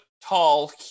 tall